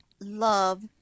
love